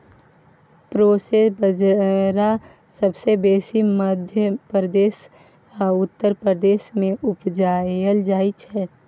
proso बजरा सबसँ बेसी मध्य प्रदेश आ उत्तर प्रदेश मे उपजाएल जाइ छै